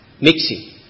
mixing